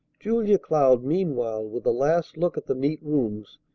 julia cloud meanwhile, with a last look at the neat rooms,